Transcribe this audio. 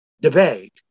debate